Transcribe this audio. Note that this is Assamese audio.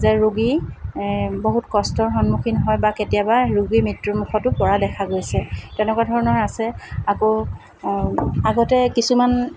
যে ৰোগী বহুত কষ্টৰ সন্মুখীন হয় বা কেতিয়াবা ৰোগী মৃত্যুমুখতো পৰা দেখা গৈছে তেনেকুৱা ধৰণৰ আছে আকৌ আগতে কিছুমান